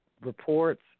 reports